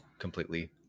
completely